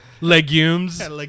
Legumes